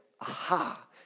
Aha